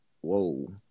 whoa